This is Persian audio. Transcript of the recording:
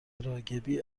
راگبی